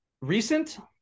recent